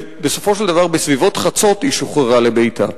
ובסופו של דבר בסביבות חצות היא שוחררה לביתה.